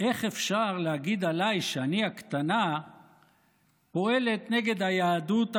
איך אפשר להגיד עליי שאני הקטנה פועלת נגד היהדות הגדולה?